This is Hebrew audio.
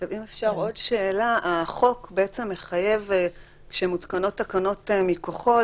עוד שאלה: החוק שמותקנות תקנות מתוכו,